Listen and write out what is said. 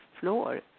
floor